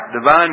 divine